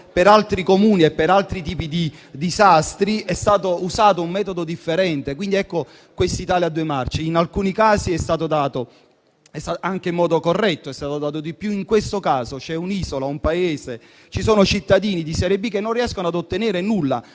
per altri Comuni e per altri tipi di disastro è stato usato un metodo differente. Si vede quindi un'Italia a due marce. In alcuni casi è stato dato di più, anche in modo corretto. In questo caso c'è un'isola, c'è un paese e ci sono cittadini di serie B che non riescono a ottenere nulla